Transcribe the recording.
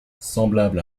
semblable